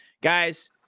Guys